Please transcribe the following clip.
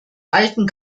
alten